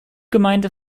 gemeinte